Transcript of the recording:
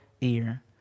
ear